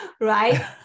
right